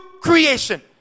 creation